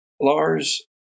Lars